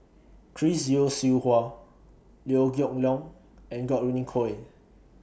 Chris Yeo Siew Hua Liew Geok Leong and Godwin Koay